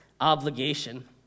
obligation